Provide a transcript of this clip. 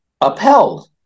upheld